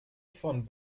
von